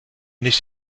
nicht